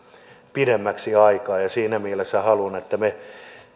pidemmäksi aikaa siinä mielessä haluan että me